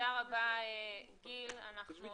ב-16 בחודש,